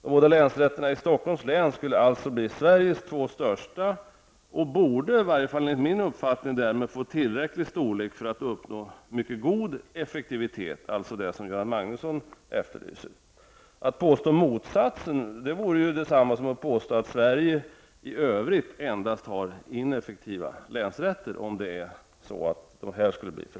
De båda länsrätterna i Stockholms län skulle alltså bli Sveriges två största och borde därför, enligt min uppfattning, få tillräcklig storlek för att uppnå mycket god effektivitet, vilket Göran Magnusson efterlyser. Att påstå motsatsen, dvs. att dessa skulle bli för små, är detsamma som att påstå att Sverige i övrigt endast har ineffektiva länsrätter.